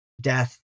death